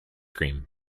cream